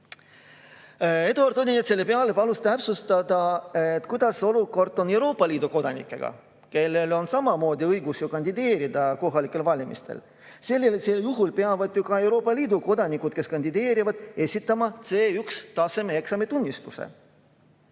Eduard Odinets palus selle peale täpsustada, kuidas on muude Euroopa Liidu kodanikega, kellel on samamoodi õigus kandideerida kohalikel valimistel. Sellisel juhul peavad ju ka Euroopa Liidu kodanikud, kes kandideerivad, esitama C1-taseme eksami tunnistuse.